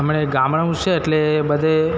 અમારે ગામડું છે એટલે બધે